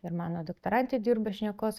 ir mano doktorantė dirba šnekos